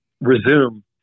resume